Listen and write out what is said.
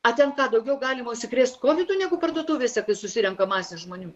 a ten ką daugiau galima užsikrėst kovidu negu parduotuvėse kai susirenka masė žmonių